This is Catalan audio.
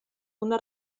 una